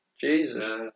Jesus